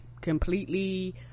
completely